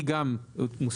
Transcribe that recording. היא גם מוסמכת,